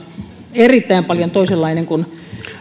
erittäin paljon toisenlainen kuin